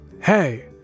hey